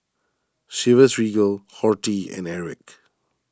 Chivas Regal Horti and Airwick